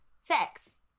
Sex